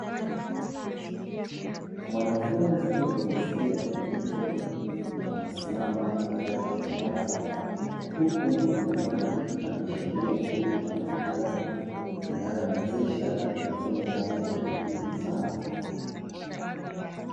Mwanafunzi wa jinsia ya kike amesimama katikati ya darasa, huku mkononi mwake ameshikiria kompyuta mpakato, inayomwezesha kujifunza kwa bidii sana.